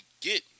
get –